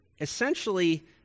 essentially